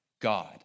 God